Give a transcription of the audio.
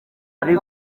ari